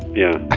yeah.